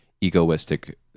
egoistic